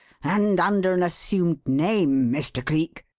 and under an assumed name, mr. cleek,